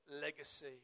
legacy